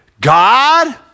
God